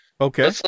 Okay